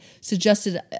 suggested